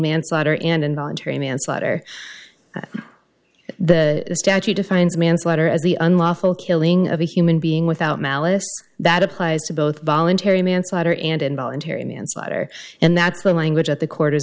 manslaughter and involuntary manslaughter the statute defines manslaughter as the unlawful killing of a human being without malice that applies to both voluntary manslaughter and involuntary manslaughter and that's where language at the